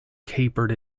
capered